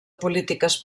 polítiques